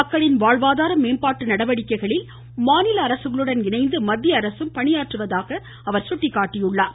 மக்களின் வாழ்வாதார மேம்பாட்டு நடவடிக்கைகளில் மாநில அரசுகளுடன் இணைந்து மத்திய அரசும் பணியாற்றுவதாக அவர் சுட்டிக்காட்டினார்